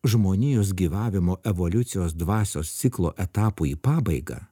žmonijos gyvavimo evoliucijos dvasios ciklo etapui į pabaigą